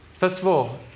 first of all,